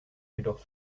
jedoch